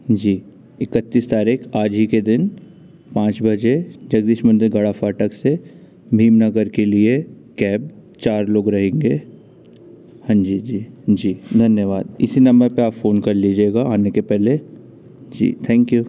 जी इकत्तीस तारीख आज ही के दिन पाँच बजे जगदीश मंदिर गड़ा फाटक से भीमनगर के लिए कैब चार लोग रहेंगे हाँ जी जी धन्यवाद इसी नम्बर पर आप फ़ोन कर लीजिएगा आने के पहले जी थैंक यू